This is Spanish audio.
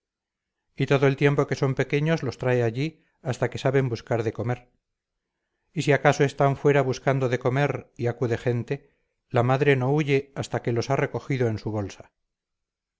y todo el tiempo que son pequeños los trae allí hasta que saben buscar de comer y si acaso están fuera buscando de comer y acude gente la madre no huye hasta que los ha recogido en su bolsa